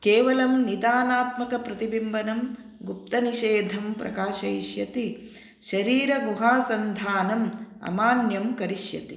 केवलं निदानात्मकप्रतिबिम्बनं गुप्तनिषेधं प्रकाशयिष्यति शरीरगुहासन्धानं अमान्यं करिष्यति